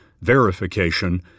verification